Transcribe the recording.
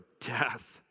death